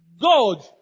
God